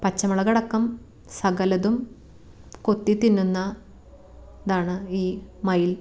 പച്ചമുളക് അടക്കം സകലതും കൊത്തി തിന്നുന്നതാണ് ഈ മയിൽ